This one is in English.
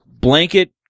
blanket